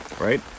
right